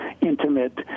intimate